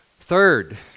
third